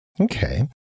Okay